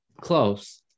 close